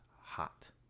hot